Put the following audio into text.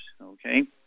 okay